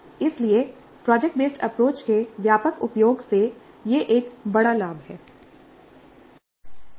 इसलिए project based approach के व्यापक उपयोग से यह एक बड़ा लाभ है